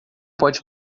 pode